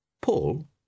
Paul